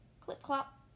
clip-clop